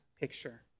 picture